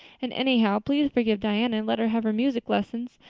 and anyhow, please forgive diana and let her have her music lessons.